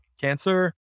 cancer